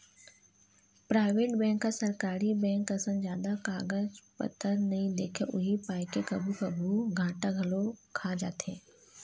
private bank ह सरकारी bank असन जादा कागज पतर नइ देखय उही पाय के कभू कभू घाटा घलोक खा जाथे